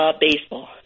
Baseball